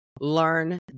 learn